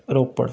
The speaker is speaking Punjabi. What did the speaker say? ਰੋਪੜ